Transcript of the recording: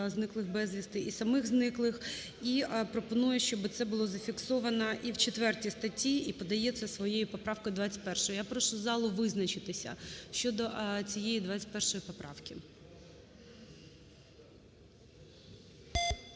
зниклих безвісти і самих зниклих. І пропоную, щоб це було зафіксовано і в 4 статті, і подається своєю поправкою 21. Я прошу залу визначитися щодо цієї 21 поправки.